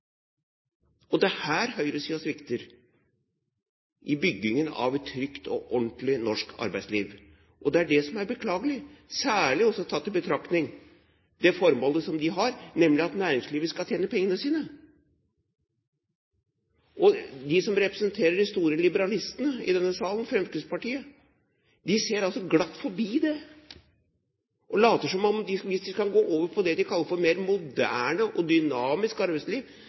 Det er her høyresiden svikter, i byggingen av et trygt og ordentlig norsk arbeidsliv. Og det er det som er beklagelig, særlig også tatt i betraktning det forbeholdet som de har, nemlig at næringslivet skal tjene pengene sine. De som representerer de store liberalistene i denne salen, Fremskrittspartiet, ser glatt forbi det, og later som om de, hvis de kan gå over på det de kaller et mer moderne og dynamisk arbeidsliv,